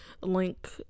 link